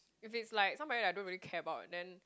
if it's like somebody I don't really care about then